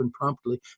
promptly